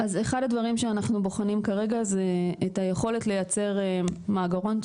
אז אחד הדברים שאנחנו בוחנים כרגע זה את היכולת לייצר מאגרונצ'יק,